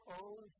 own